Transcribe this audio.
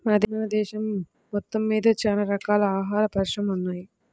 మన దేశం మొత్తమ్మీద చానా రకాల ఆహార పరిశ్రమలు ఉన్నయ్